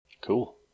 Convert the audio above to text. Cool